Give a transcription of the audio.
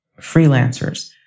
freelancers